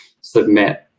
submit